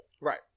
Right